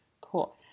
cool